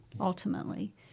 ultimately